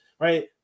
Right